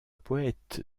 poète